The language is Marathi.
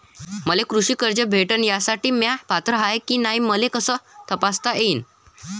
मले कृषी कर्ज भेटन यासाठी म्या पात्र हाय की नाय मले कस तपासता येईन?